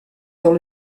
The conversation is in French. dans